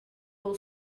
vou